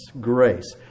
Grace